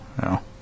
No